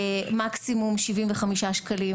מקסימום 75 ש"ח